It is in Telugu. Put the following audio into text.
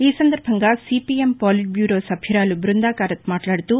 ఈ సందర్బంగా సిపిఎం పోలిట్ బ్యూరో సభ్యురాలు బృందాకారత్ మాట్లాడుతూ